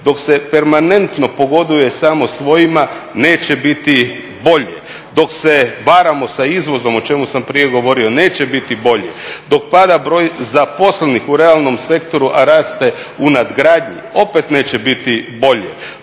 Dok se permanentno pogoduje samo svojima, neće biti bolje. Dok se varamo sa izvozom, o čemu sam prije govorio, neće biti bolje. Dok pada broj zaposlenih u realnom sektoru, a raste u nadgradnji, opet neće biti bolje.